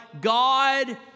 God